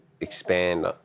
Expand